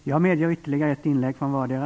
Jag medger ytterligare ett inlägg från vardera.